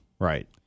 right